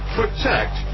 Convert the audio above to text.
protect